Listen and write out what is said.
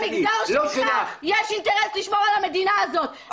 ולמגזר שלך יש אינטרס לשמור על המדינה הזאת.